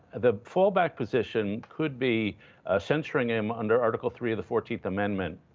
the fallback position could be censuring him under article three of the fourteenth amendment,